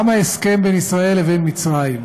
גם ההסכם בין ישראל לבין מצרים,